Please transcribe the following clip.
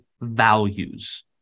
values